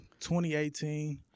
2018